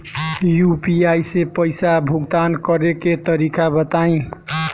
UPI से पईसा भुगतान करे के तरीका बताई?